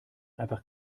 einfach